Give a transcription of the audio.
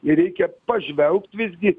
ir reikia pažvelgt visgi